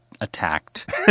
attacked